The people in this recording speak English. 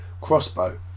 Crossbow